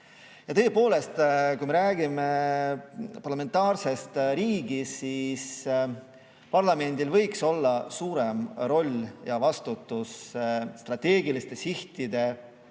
katsetama. Tõepoolest, kui me räägime parlamentaarsest riigist, siis parlamendil võiks olla suurem roll ja vastutus strateegiliste sihtide